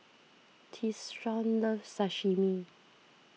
Tyshawn loves Sashimi